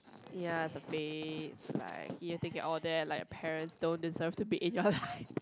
ya it's a big surprise you thinking all that like your parents don't deserve to be in your life